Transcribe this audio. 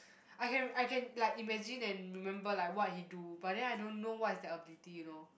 I can I can like imagine and remember like what he do but then I don't know what's the ability you know